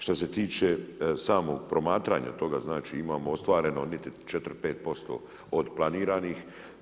Što se tiče samog promatranja, toga, znači imamo ostvareno 4, 5% od planiranih.